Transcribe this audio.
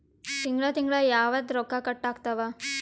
ತಿಂಗಳ ತಿಂಗ್ಳ ಯಾವತ್ತ ರೊಕ್ಕ ಕಟ್ ಆಗ್ತಾವ?